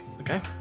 Okay